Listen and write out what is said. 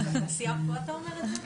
לתעשייה פה אתה אומר את זה?